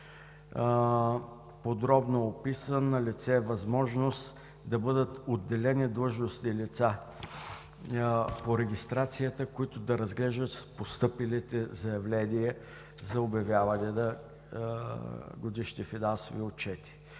Подробно описана е налице възможност да бъдат отделени длъжностни лица по регистрацията, които да разглеждат постъпилите заявления за обявяване на годишните финансови отчети.